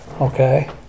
Okay